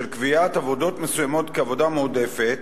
של קביעת עבודות מסוימות כעבודה מועדפת,